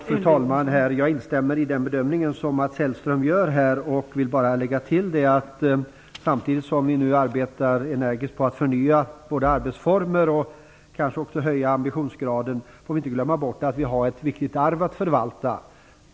Fru talman! Helt kort: Jag instämmer i den bedömning som Mats Hellström här gör och vill bara lägga till att vi, samtidigt som vi nu energiskt arbetar på att förnya arbetsformer och kanske på att höja ambitionsgraden, inte får glömma bort att vi har ett viktigt arv att förvalta.